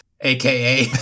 AKA